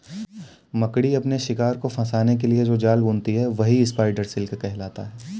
मकड़ी अपने शिकार को फंसाने के लिए जो जाल बुनती है वही स्पाइडर सिल्क कहलाता है